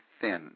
thin